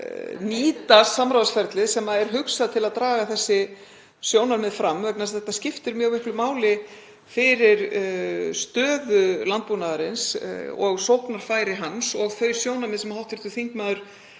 nýta samráðsferlið sem er hugsað til að draga þessi sjónarmið fram. Þetta skiptir mjög miklu máli fyrir stöðu landbúnaðarins, sóknarfæri hans og þau sjónarmið sem hv. þingmaður